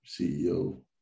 CEO